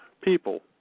people